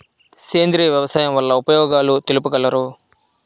సేంద్రియ వ్యవసాయం వల్ల ఉపయోగాలు తెలుపగలరు?